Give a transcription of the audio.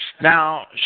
Now